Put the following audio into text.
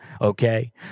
okay